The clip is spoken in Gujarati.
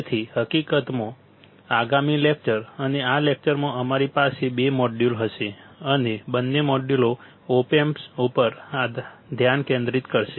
તેથી હકીકતમાં આગામી લેકચર અને આ લેકચરમાં અમારી પાસે બે મોડ્યુલ હશે અને બંને મોડ્યુલો ઓપ એમ્પ્સ ઉપર ધ્યાન કેન્દ્રિત કરશે